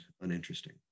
uninteresting